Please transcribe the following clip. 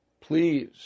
Please